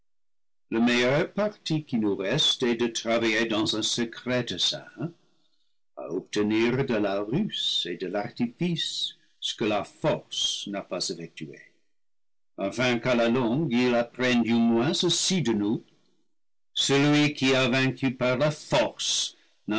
le meilleur parti qui nous reste est de travailler dans un secret dessein à obtenir de la ruse et de l'artifice ce que la force n'a pas effectué afin qu'à la longue il apprenne du moins ceci de nous celui qui a vaincu par la force